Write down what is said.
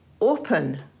open